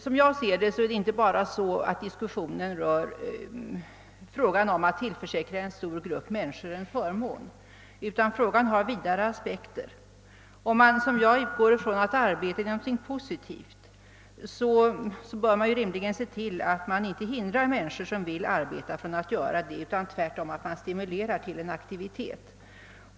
Som jag ser det rör diskussionen inte bara frågan om att tillförsäkra en stor grupp människor en förmån, utan spörsmålet har vidare aspekter. Om man som jag utgår från att arbete är någonting positivt bör man rimligen se till att man inte hindrar människor som vill arbeta från att göra detta utan tvärtom stimulerar till aktivitet.